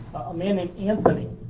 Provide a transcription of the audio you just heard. a man named anthony